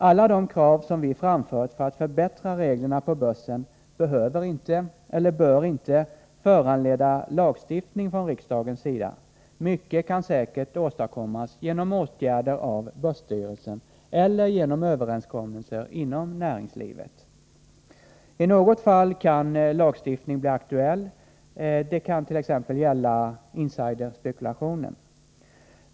Alla de krav vi framfört för att förbättra reglerna på börsen behöver inte — eller bör inte — föranleda lagstiftning från riksdagens sida. Mycket kan säkert åstadkommas genom åtgärder av börsstyrelsen eller genom överenskommelser inom näringslivet. I något fall kan lagstiftning bli aktuell. Det kan t.ex. gälla insiderspekulation.